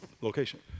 location